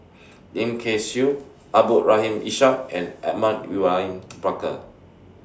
Lim Kay Siu Abdul Rahim Ishak and Edmund William Barker